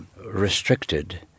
restricted